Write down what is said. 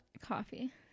coffee